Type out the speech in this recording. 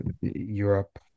Europe